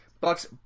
Bucks